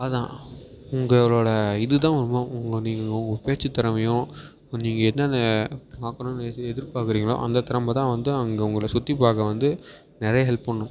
அதுதான் உங்களோடய இதுதான் உங்கள் நீங்கள் உங்கள் பேச்சு திறமையும் நீங்கள் என்னன்ன பார்க்கணுன்னு எதிர் எதிர்பார்க்குறிங்களோ அந்த திறமை தான் வந்து அங்கே உங்களை சுற்றி பார்க்க வந்து நிறைய ஹெல்ப் பண்ணும்